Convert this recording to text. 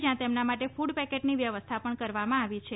જ્યાં તેમના માટે ફડ પેકેટની વ્યવસ્થા પણ કરવામાં આવી છે